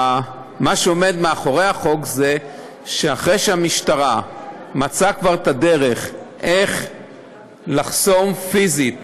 מה שעומד מאחורי החוק זה שהמשטרה מצאה כבר את הדרך איך לחסום פיזית,